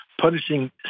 punishing